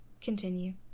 Continue